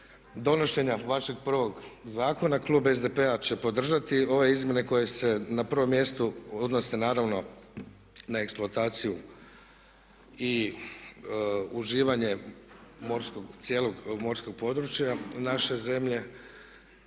donošenja vašeg prvog zakona klub SDP-a će podržati ove izmjene koje se na prvom mjestu odnose naravno na eksploataciju i uživanje cijelog morskog područja naše zemlje